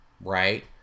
right